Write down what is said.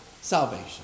salvation